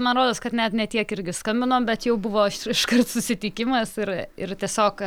man rodos kad net ne tiek irgi skambinom bet jau buvo iškart susitikimas ir ir tiesiog